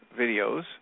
videos